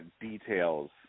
details